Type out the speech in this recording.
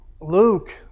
Luke